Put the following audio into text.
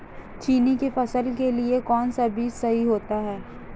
चने की फसल के लिए कौनसा बीज सही होता है?